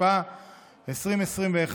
התשפ"א 2021,